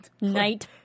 night